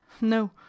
No